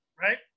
right